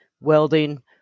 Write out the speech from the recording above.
welding